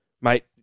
Mate